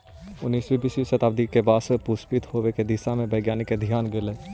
उन्नीसवीं बीसवीं शताब्दी में बाँस के पुष्पित होवे के दिशा में वैज्ञानिक के ध्यान गेलई